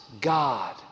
God